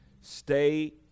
Stay